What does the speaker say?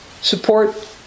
support